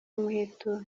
umuheto